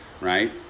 right